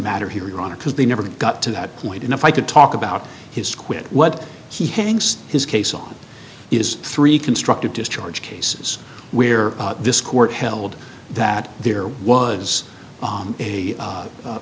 matter here on it because they never got to that point and if i could talk about his quid what he hangs his case on is three constructive discharge cases where this court held that there was